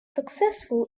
successful